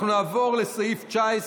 אנחנו נעבור לסעיף 19: